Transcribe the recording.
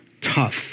tough